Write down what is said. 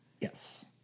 Yes